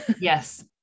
Yes